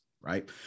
right